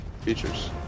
Features